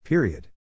Period